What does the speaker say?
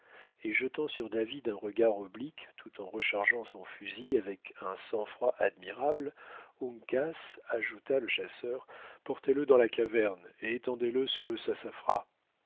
et jetant sur david un regard oblique tout en rechargeant son fusil avec un sang-froid admirable uncas ajouta le chasseur portez-le dans la caverne et étendez le sur le sassafras